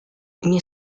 ini